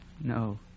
no